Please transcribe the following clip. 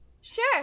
Sure